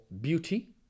beauty